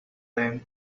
them